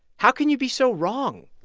how can you be so wrong?